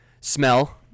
smell